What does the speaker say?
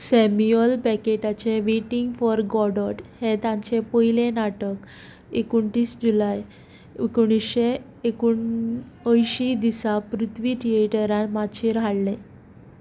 Samuel बेकेटाचें waiting for Godot हें तांचें पयलें नाटक एकुणतीस जुलय एकुणशे एकुणअयशीं दिसा पृथ्वी थियेटरांत माचयेर हाडलें